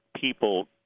people